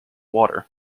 water